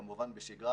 כמובן בשגרה,